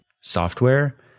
software